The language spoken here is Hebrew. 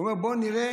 הוא אומר: בואו נראה.